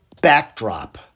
backdrop